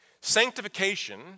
Sanctification